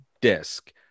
disc